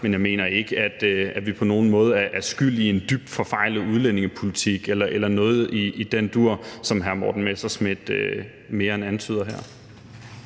men jeg mener ikke, at vi på nogen måde er skyld i en dybt forfejlet udlændingepolitik eller noget i den dur, som hr. Morten Messerschmidt mere end antyder her.